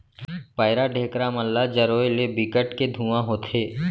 पैरा, ढेखरा मन ल जरोए ले बिकट के धुंआ होथे